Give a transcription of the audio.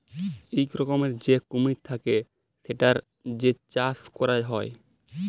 ইক রকমের যে কুমির থাক্যে সেটার যে চাষ ক্যরা হ্যয়